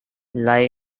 lie